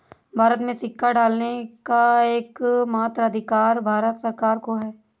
भारत में सिक्का ढालने का एकमात्र अधिकार भारत सरकार को है